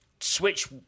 switch